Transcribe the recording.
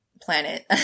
planet